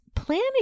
planning